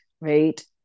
right